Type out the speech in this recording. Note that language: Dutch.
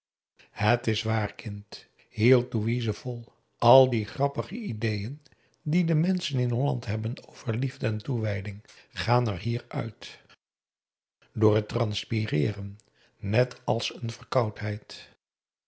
het is waar kind hield louise vol al die grappige ideeën die de menschen in holland hebben over liefde en toewijding gaan er hier uit door het transpireeren net als een verkoudheid